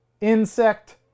insect